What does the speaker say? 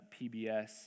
PBS